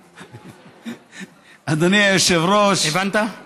אדוני היושב-ראש, שרים, הבנת?